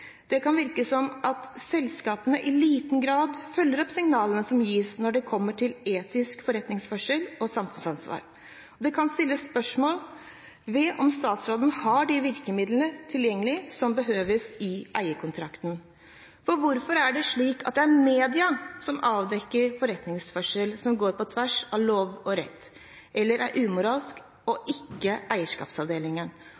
Det kan virke som om selskapene i liten grad følger opp signalene som gis når det kommer til etisk forretningsførsel og samfunnsansvar. Det kan stilles spørsmål om hvorvidt statsråden har de virkemidlene tilgjengelig som behøves i eierkontakten. For hvorfor er det slik at det er media som avdekker forretningsførsel som går på tvers av lov og rett, eller er umoralsk,